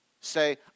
say